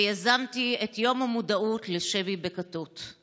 ויזמתי את יום המודעות לשבי בכתות.